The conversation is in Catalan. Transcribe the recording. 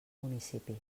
municipi